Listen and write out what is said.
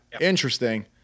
interesting